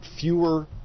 fewer